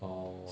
oh